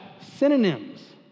synonyms